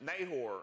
Nahor